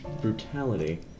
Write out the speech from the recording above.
brutality